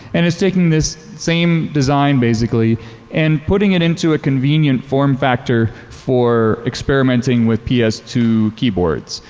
and it's taking this same design basically and putting it into a convenient form factor for experimenting with p s two keyboards.